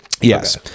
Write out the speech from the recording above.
Yes